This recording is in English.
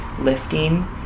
lifting